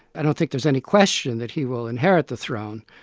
i don't think there's any question that he will inherit the throne.